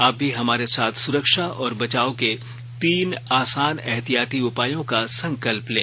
आप भी हमारे साथ सुरक्षा और बचाव के तीन आसान एहतियाती उपायों का संकल्प लें